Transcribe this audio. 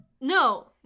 No